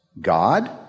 God